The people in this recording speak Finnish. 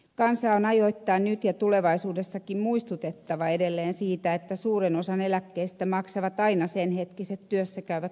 kansaa on ajoittain nyt ja tulevaisuudessakin muistutettava edelleen siitä että suuren osan eläkkeistä maksavat aina senhetkiset työssäkäyvät sukupolvet